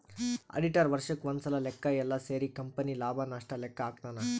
auditor ವರ್ಷಕ್ ಒಂದ್ಸಲ ಲೆಕ್ಕ ಯೆಲ್ಲ ಸೇರಿ ಕಂಪನಿ ಲಾಭ ನಷ್ಟ ಲೆಕ್ಕ ಹಾಕ್ತಾನ